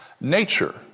nature